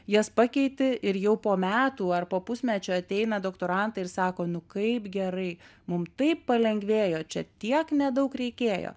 jas pakeiti ir jau po metų ar po pusmečio ateina doktorantai ir sako nu kaip gerai mum taip palengvėjo čia tiek nedaug reikėjo